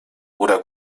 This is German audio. oder